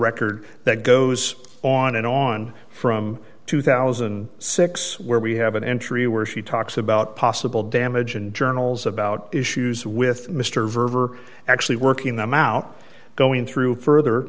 record that goes on and on from two thousand and six where we have an entry where she talks about possible damage and journals about issues with mr verver actually working them out going through further